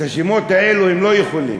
את השמות האלה הם לא יכולים.